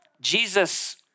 Jesus